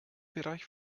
bereich